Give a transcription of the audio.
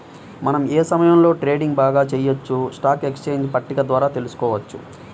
మనం ఏ సమయంలో ట్రేడింగ్ బాగా చెయ్యొచ్చో స్టాక్ ఎక్స్చేంజ్ పట్టిక ద్వారా తెలుసుకోవచ్చు